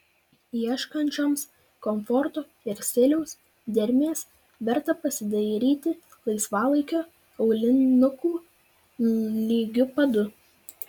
ieškančioms komforto ir stiliaus dermės verta pasidairyti laisvalaikio aulinukų lygiu padu